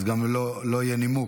אז גם לא יהיה נימוק.